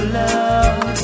love